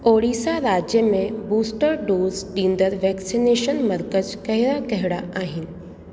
ओडिशा राज्य में booster dose ॾींदड़ वैक्सनेशन मर्कज़ कहिड़ा कहिड़ा आहिनि